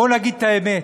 בואו נגיד את האמת,